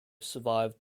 survived